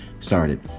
started